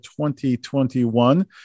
2021